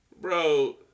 Bro